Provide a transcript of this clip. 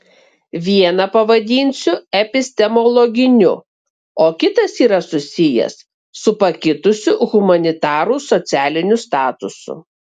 vieną pavadinsiu epistemologiniu o kitas yra susijęs su pakitusiu humanitarų socialiniu statusu